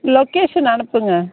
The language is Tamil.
லொகேஷன் அனுப்புங்கள்